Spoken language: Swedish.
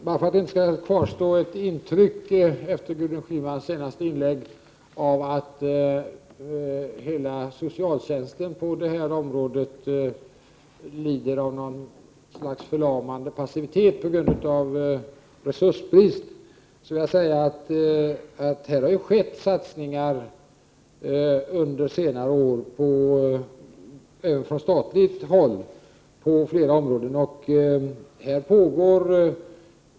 Herr talman! För att det inte efter Gudrun Schymans senaste inlägg skall kvarstå ett intryck av att hela socialtjänsten på det här området lider av något slags förlamande passivitet på grund av resursbrist, vill jag säga att det här på flera områden har skett satsningar under senare år även från statligt håll.